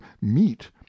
meat